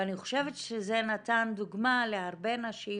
ואני חושבת שזה נתן דוגמה להרבה נשים